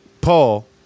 Paul